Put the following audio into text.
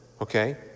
okay